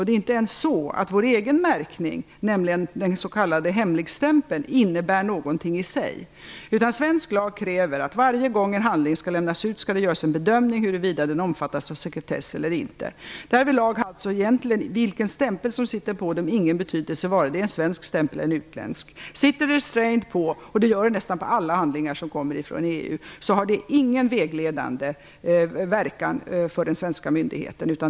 Det är inte ens så att vår egen märkning, nämligen den s.k. hemligstämpeln, innebär någonting i sig. Svensk lag kräver att varje gång en handling skall lämnas ut skall det göras en bedömning av huruvida den omfattas av sekretess eller inte. Därvidlag har det alltså ingen betydelse vilken stämpel som sitter på handlingen, vare sig det är en svensk stämpel eller en utländsk. Sitter "restraint" på, och det gör det på nästan alla handlingar som kommer från EU, har det ingen vägledande verkan för den svenska myndigheten.